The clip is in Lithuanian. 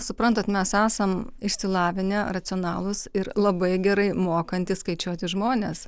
suprantat mes esam išsilavinę racionalūs ir labai gerai mokantys skaičiuoti žmonės